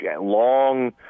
long –